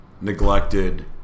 neglected